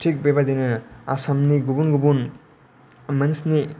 थिक बेबादिनो आसामनि गुबुन गुबुन मोनस्नि